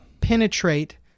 penetrate